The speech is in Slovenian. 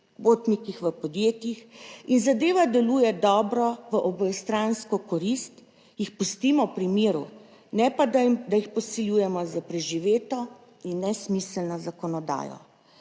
potnikih v podjetjih in zadeva deluje dobro v obojestransko korist, jih pustimo pri miru, ne pa da jih posiljujemo s preživeto in nesmiselno zakonodajo.